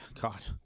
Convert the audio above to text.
God